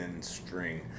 string